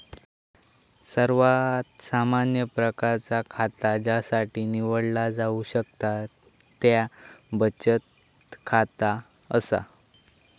सर्वात सामान्य प्रकारचा खाता ज्यासाठी निवडला जाऊ शकता त्या बचत खाता असा